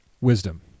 Wisdom